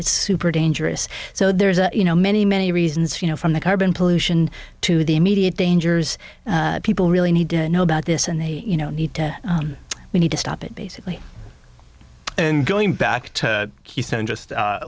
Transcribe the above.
it's super dangerous so there's a you know many many reasons you know from the carbon pollution to the immediate dangers people really need to know about this and they you know need to we need to stop it basically and going back to keystone just